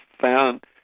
found